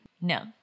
No